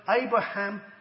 Abraham